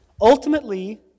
Ultimately